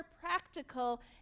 practical